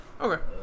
Okay